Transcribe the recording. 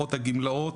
במערכות הגמלאות,